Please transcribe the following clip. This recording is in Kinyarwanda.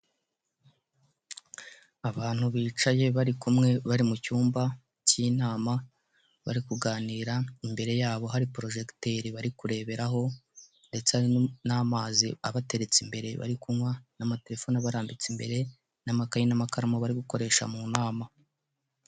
Abantu bicaye bari kumwe bari mu cyumba cy'inama, bari kuganira imbere yabo hari porojegiteri barikureberaho, ndetse n'amazi abateretse imbere bari kunywa, n'amatelefone abarambitse imbere, n'amakayi, n'amakaramu bari gukoresha mu nama.